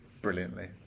Brilliantly